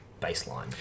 baseline